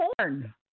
porn